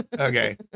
Okay